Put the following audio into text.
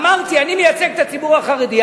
אמרתי: אני מייצג את הציבור החרדי,